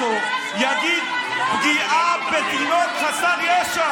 סימון, היהדות, דרך אגב, אני אגיד לכם יותר מזה.